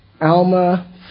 Alma